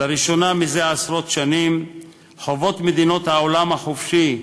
לראשונה מזה עשרות שנים חוות מדינות העולם החופשי,